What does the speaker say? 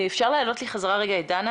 אפשר להעלות שוב את דנה